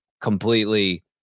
completely